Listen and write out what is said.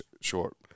short